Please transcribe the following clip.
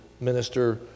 minister